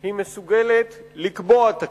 היא מסוגלת לקבוע תקציב,